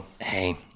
hey